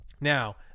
Now